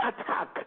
attack